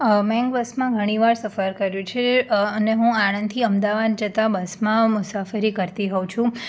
મેં બસમાં ઘણી વાર સફર કર્યું છે અને હું આણંદથી અમદાવાદ જતાં બસમાં મુસાફરી કરતી હોઉં છું